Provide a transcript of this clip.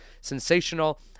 sensational